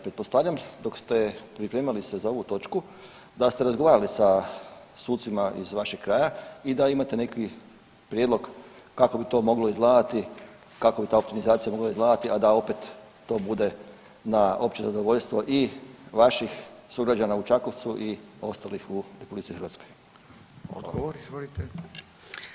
Pretpostavljam dok ste pripremali se za ovu točku da ste razgovarali sa sucima iz vašeg kraja i da imate neki prijedlog kako bi to moglo izgledati, kako bi ta optimizacija mogla izgledati, a da opet to bude na opće zadovoljstvo i vaših sugrađana u Čakovcu i ostalih u RH.